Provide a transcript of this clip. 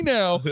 now